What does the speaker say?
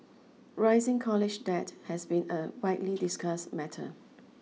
rising college debt has been a widely discussed matter